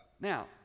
Now